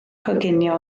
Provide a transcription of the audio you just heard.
coginio